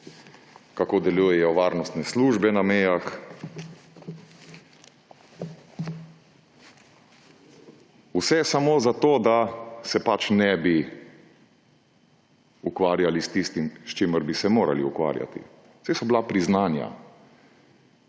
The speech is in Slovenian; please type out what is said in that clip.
kako delujejo varnostne službe na mejah. Vse samo zato, da se ne bi ukvarjali s tistim, s čimer bi se morali ukvarjati. Saj so bila priznanja,